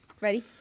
Ready